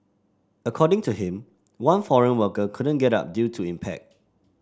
according to him one foreign worker couldn't get up due to the impact